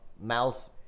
mouse